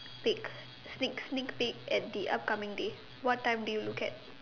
peak sneak sneak peak at the upcoming days what time do you look at